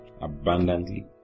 abundantly